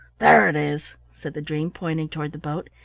there it is, said the dream, pointing toward the boat.